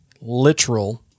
literal